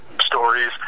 stories